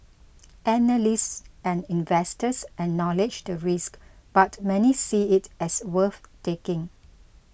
analysts and investors acknowledge the risk but many see it as worth taking